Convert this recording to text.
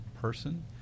person